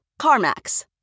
CarMax